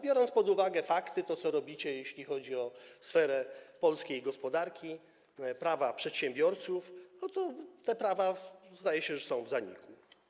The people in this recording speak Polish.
Biorąc pod uwagę fakty i to, co robicie, jeśli chodzi o sferę polskiej gospodarki i prawa przedsiębiorców, to te prawa, zdaje się, są w zaniku.